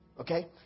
okay